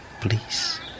please